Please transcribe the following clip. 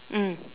mm